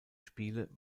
spiele